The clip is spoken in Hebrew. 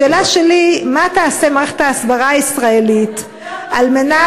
השאלה שלי: מה תעשה מערכת ההסברה הישראלית על מנת,